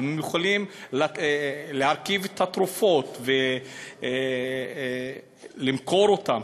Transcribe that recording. אם הם יכולים להרכיב את התרופות ולמכור אותן,